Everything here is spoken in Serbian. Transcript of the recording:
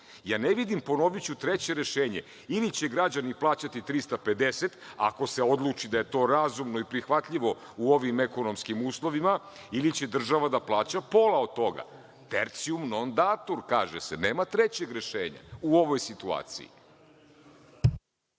ja ne vidi treće rešenje. Ili će građani plaćati 350, ako se odluči da je to razumno i prihvatljivo u ovim ekonomskim uslovima, ili će država da plaća pola od toga. „Tertium non datur“ kaže se, nema trećeg rešenja u ovoj situaciji.